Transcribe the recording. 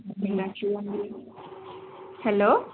hello